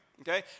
Okay